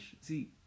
See